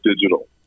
digital